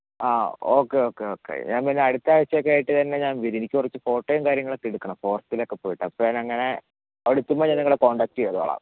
ആ okay okay okay ഞാൻ പിന്നെ അടുത്ത ആഴ്ച്ചയൊക്കെയായിട്ട് തന്നെ ഞാൻ വരും എനിക്ക് ഈ കുറച്ച് ഫോട്ടോയും കാര്യങ്ങളൊക്കെ എടുക്കണം ഫോർട്ട്ലൊക്കെപ്പോയിട്ട് അപ്പോൾ ഞാൻ അങ്ങനെ അവിടെ എത്തുമ്പോൾ ഞാൻ നിങ്ങളെ കോൺടാക്റ്റ് ചെയ്തോളാം